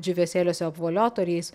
džiūvėsėliuose apvoliotų ar jais